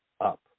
up